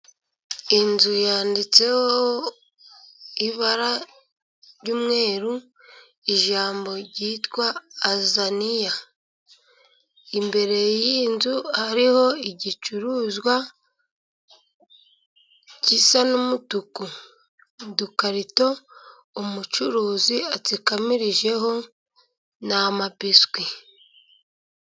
Inzu yanditseho ibara ry'umweru，ijambo ryitwa ”Azaniya”. Imbere y'inzu hariho igicuruzwa gisa n'umutuku， udukarito umucuruzi atsikamirijeho ni amabiswi.